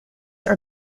are